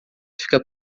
fica